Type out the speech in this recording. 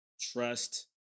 trust